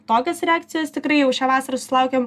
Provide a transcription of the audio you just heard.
tokias reakcijas tikrai jau šią vasarą susilaukiam